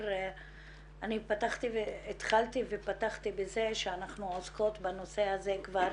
אני התחלתי ופתחתי בזה שאנחנו עוסקות בנושא הזה כבר